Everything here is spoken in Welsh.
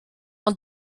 ond